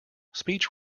speech